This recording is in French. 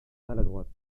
maladroite